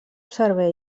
servei